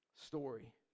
story